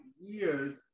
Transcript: years